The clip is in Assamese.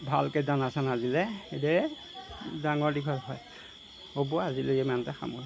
ভালকৈ দানা চানা দিলে সেইদৰে ডাঙৰ দীঘল হয় হ'ব আজিলৈ ইমানতে সামৰিলোঁ